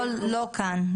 זה לא כאן.